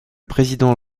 président